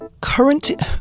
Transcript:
Current